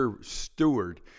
steward